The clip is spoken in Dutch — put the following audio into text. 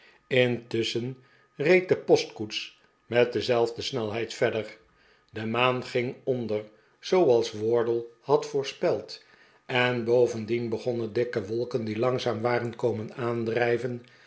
intusschen reed de postkoets met dezelfde snelheid verder de maan ging onder zooals wardle had voorspeld en bovendien begonnen dikke wolken die langzaam waren komen aandrijven